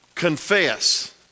confess